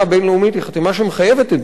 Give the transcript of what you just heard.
היא חתימה שמחייבת את מדינת ישראל.